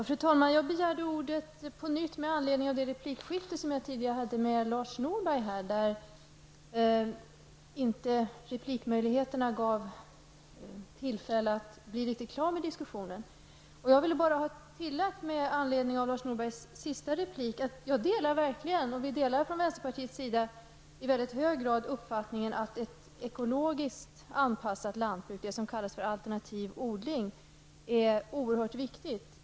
Fru talman! Jag begärde ordet på nytt med anledning av det replikskifte som jag tidigare hade med Lars Norberg. Replikmöjligheterna gav mig inte tillfälle att bli klar med den diskussionen. Med anledning av Lars Norbergs sista replik vill jag tillägga att jag och vänsterpartiet i väldigt hög grad delar uppfattningen att ett ekologiskt anpassat jordbruk, det som kallas alternativ odling, är oerhört viktigt.